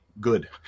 good